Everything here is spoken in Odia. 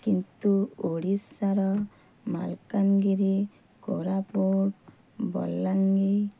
କିନ୍ତୁ ଓଡ଼ିଶାର ମାଲକାନଗିରି କୋରାପୁଟ ବଲାଙ୍ଗୀର